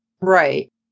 Right